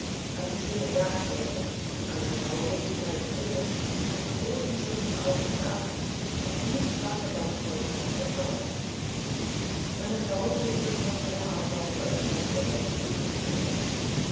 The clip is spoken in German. an die schöne jagd denkend halb traurig halb grimmig mit großen schritten auf und ab und blies starke dampfwolken aus der pfeife seine frau blickte von ihrer arbeit öfters besorgt zu ihm hinüber